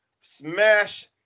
smash